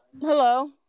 hello